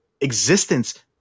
existence